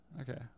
okay